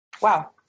Wow